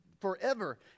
forever